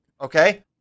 Okay